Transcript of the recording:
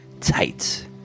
Tight